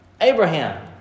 Abraham